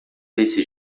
desse